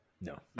No